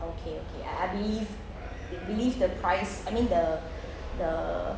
okay okay I believe believe the price I mean the the